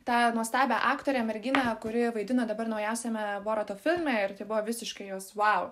tą nuostabią aktorę merginą kuri vaidino dabar naujausiame borato filme ir tai buvo visiškai jos vau